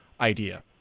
idea